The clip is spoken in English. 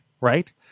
right